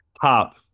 Pop